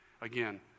Again